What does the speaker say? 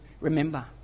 remember